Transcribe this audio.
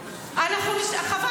אני --- חבל,